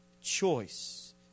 choice